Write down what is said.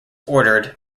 ordered